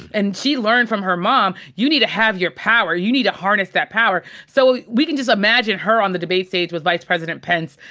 and she learned from her mom, you need to have your power. you need to harness that power. so we can just imagine her on the debate stage with vice president pence.